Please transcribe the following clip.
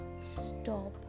stop